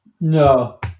No